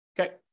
Okay